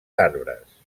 arbres